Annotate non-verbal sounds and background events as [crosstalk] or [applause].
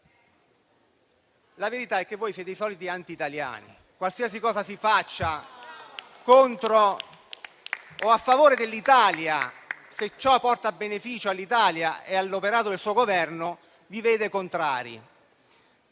la verità è che voi siete i soliti antitaliani, [applause] per cui qualsiasi cosa si faccia a favore dell'Italia, se ciò porta beneficio all'Italia e all'operato del suo Governo, vi vede contrari.